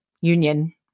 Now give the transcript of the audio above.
union